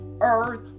earth